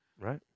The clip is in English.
Right